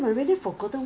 Bio Essence